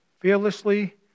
fearlessly